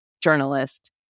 journalist